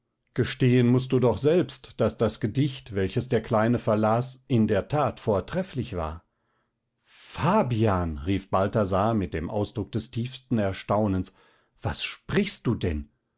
gestehen mußt du doch selbst daß das gedicht welches der kleine vorlas in der tat vortrefflich war fabian rief balthasar mit dem ausdruck des tiefsten erstaunens was sprichst du denn